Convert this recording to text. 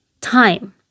time